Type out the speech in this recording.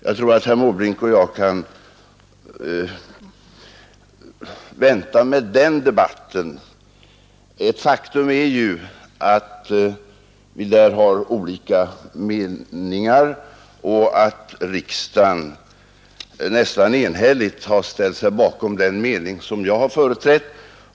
Jag tror att herr Måbrink och jag kan vänta med den debatten. Ett faktum är ju att vi där har olika meningar och att riksdagen nästan enhälligt har ställt sig bakom den mening som jag har företrätt.